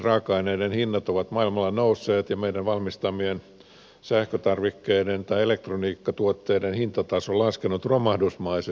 raaka aineiden hinnat ovat maailmalla nousseet ja meidän valmistamien sähkötarvikkeiden tai elektroniikkatuotteiden hintataso on laskenut romahdusmaisesti